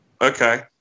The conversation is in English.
okay